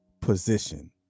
position